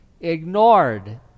ignored